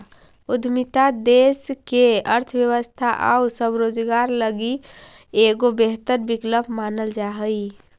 उद्यमिता देश के अर्थव्यवस्था आउ स्वरोजगार लगी एगो बेहतर विकल्प मानल जा हई